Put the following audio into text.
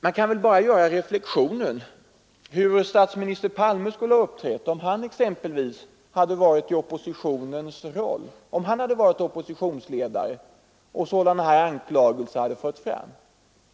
Man kan bara göra reflexionen hur statsminister Palme skulle ha uppträtt om han hade varit oppositionsledare och sådana här anklagelser förts fram.